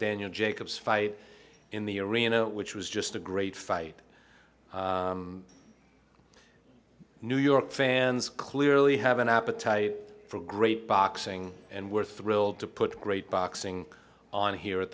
daniel jacobs fight in the arena which was just a great fight new york fans clearly have an appetite for great boxing and we're thrilled to put great boxing on here at